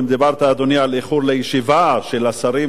על איחור לישיבה של השרים ושל הממשלה,